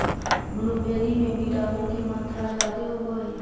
blueberry में vitamin के मात्रा जादे होब हई